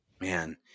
man